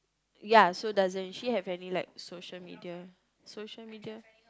ya so doesn't she have any like social media social media